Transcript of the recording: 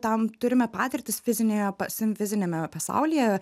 tam turime patirtis fizinėje pasim fiziniame pasaulyje